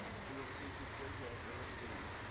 she would sweep this dirt yard very clean.